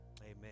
amen